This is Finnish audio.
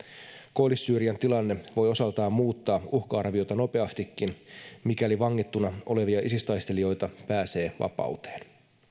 koillis syyrian tilanne voi osaltaan muuttaa uhka arviota nopeastikin mikäli vangittuna olevia isis taistelijoita pääsee vapauteen